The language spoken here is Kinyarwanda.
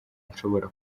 nshobora